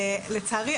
לצערי,